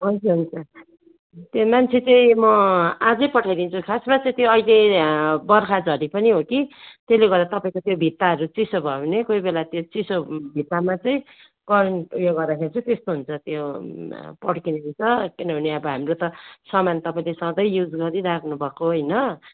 हुन्छ हुन्छ त्यो मान्छे चाहिँ म आजै पठाइदिन्छु खासमा चाहिँ त्यो अहिले बर्खा झरी पनि हो कि त्यसले गर्दा तपाईँको त्यो भित्ताहरू चिसो भयो भने कोही बेला त्यो चिसो भित्तामा चाहिँ करेन्ट उयो गर्दाखेरि चाहिँ त्यस्तो हुन्छ त्यो पड्किन्छ किनभने अब हाम्रो त सामान तपाईँले सधैँ युज गरिराख्नु भएको होइन